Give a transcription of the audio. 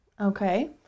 Okay